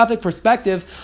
perspective